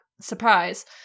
surprise